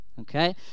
Okay